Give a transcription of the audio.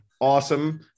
Awesome